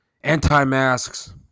anti-masks